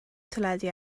teledu